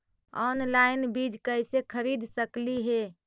Online बीज कईसे खरीद सकली हे?